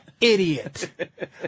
idiot